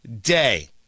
day